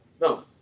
No